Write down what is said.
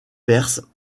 perse